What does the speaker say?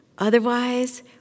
Otherwise